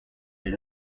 les